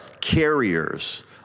carriers